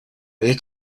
you